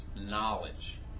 knowledge